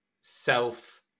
self